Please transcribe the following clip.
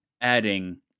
adding